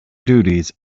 duties